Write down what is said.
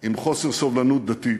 עם חוסר סובלנות דתית.